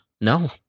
No